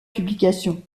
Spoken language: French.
publications